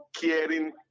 caring